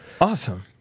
Awesome